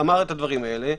אמר את הדברים האלה,